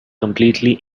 completely